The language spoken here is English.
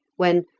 when,